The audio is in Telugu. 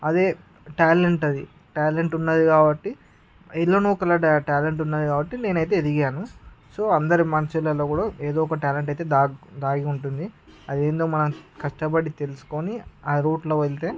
అది టాలెంట్ అది టాలెంట్ ఉన్నది కాబట్టి ఎలానో ఒకలా టాలెంట్ ఉన్నది కాబట్టి నేను అయితే ఎదిగాను సో అందరు మనుషులలో కూడా ఏదో ఒక టాలెంట్ అయితే దాగి ఉంటుంది అది ఏందో మనం కష్టపడి తెలుసుకోని ఆ రూట్లో వెళ్తే